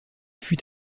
fut